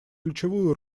ключевую